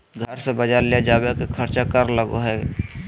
घर से बजार ले जावे के खर्चा कर लगो है?